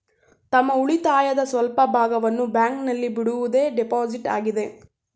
ತಮ್ಮ ಉಳಿತಾಯದ ಸ್ವಲ್ಪ ಭಾಗವನ್ನು ಬ್ಯಾಂಕಿನಲ್ಲಿ ಬಿಡುವುದೇ ಡೆಪೋಸಿಟ್ ಆಗಿದೆ